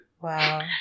Wow